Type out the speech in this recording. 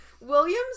Williams